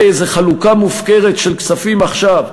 איזו חלוקה מופקרת של כספים עכשיו,